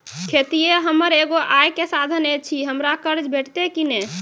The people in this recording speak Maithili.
खेतीये हमर एगो आय के साधन ऐछि, हमरा कर्ज भेटतै कि नै?